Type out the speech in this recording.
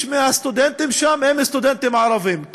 מהסטודנטים שם הם סטודנטים ערבים.